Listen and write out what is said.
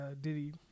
Diddy